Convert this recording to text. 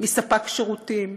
מספק שירותים,